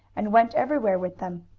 and went everywhere with them.